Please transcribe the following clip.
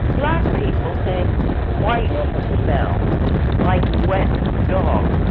black people think whites smell like wet dog